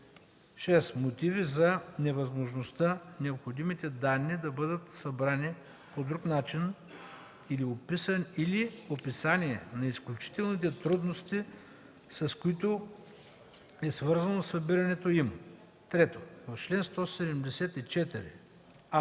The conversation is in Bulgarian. „6. мотиви за невъзможността необходимите данни да бъдат събрани по друг начин или описание на изключителните трудности, с които е свързано събирането им.” 3. В чл. 174: